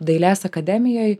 dailės akademijoj